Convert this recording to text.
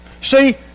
See